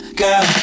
girl